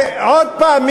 עוד פעם,